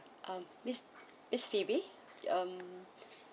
uh miss miss phoebe um